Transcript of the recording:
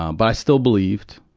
um but i still believed,